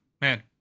man